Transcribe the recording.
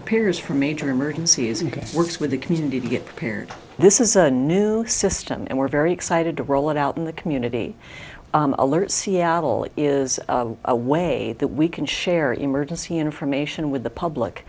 prepares for major emergencies you can work with the community to get prepared this is a new system and we're very excited to roll it out in the community alert seattle is a way that we can share emergency information with the public